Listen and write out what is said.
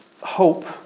hope